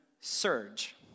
SURGE